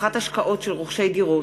(הבטחת השקעות של רוכשי דירות)